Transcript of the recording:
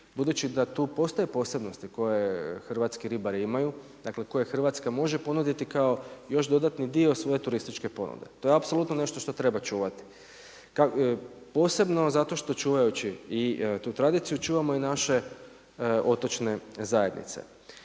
Budući da tu postoje posebnosti koje hrvatski ribari imaju, dakle koje Hrvatska može ponuditi kao još dodatni dio svoje turističke ponude. To je apsolutno nešto što treba čuvati. Posebno zato što čuvajući i tu tradiciju, čuvamo i naše otočne zajednice.